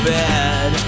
bad